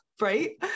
right